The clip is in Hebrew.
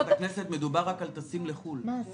מדובר רק על טסים לחו"ל.